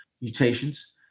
mutations